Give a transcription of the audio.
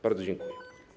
Bardzo dziękuję.